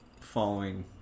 following